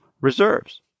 reserves